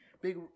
big